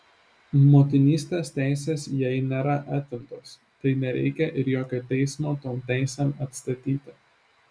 motinystės teisės jai nėra atimtos tai nereikia ir jokio teismo tom teisėm atstatyti